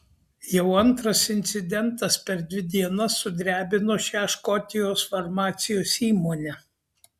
jau antras incidentas per dvi dienas sudrebino šią škotijos farmacijos įmonę